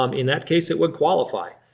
um in that case it would qualify.